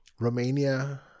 Romania